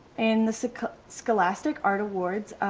and the so scholastic art awards.